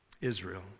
Israel